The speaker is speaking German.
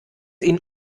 ihn